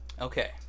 Okay